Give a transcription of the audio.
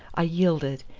i yielded,